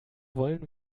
wollen